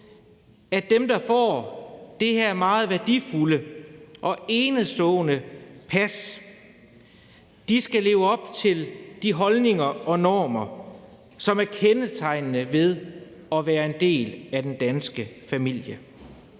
at dem, der får det her meget værdifulde og enestående pas, lever op til de holdninger og normer, som er kendetegnende ved at være en del af den danske familie: